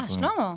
שלמה?